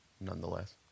nonetheless